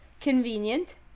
Convenient